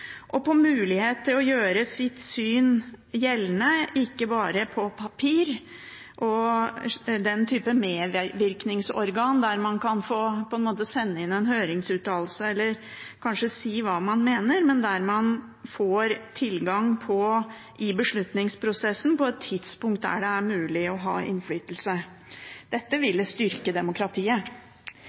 og mulighet til å gjøre sitt syn gjeldende, ikke bare på papir og den typen medvirkningsorgan der man kan få sende inn en høringsuttalelse eller kanskje si hva man mener, men der man får tilgang i beslutningsprosessen på et tidspunkt der det er mulig å ha innflytelse. Dette ville styrke demokratiet.